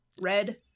Red